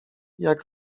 jak